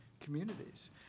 communities